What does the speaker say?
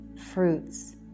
fruits